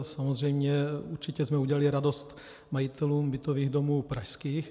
Samozřejmě, určitě jsme udělali radost majitelům bytových domů pražských.